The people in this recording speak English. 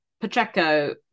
Pacheco